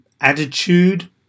attitude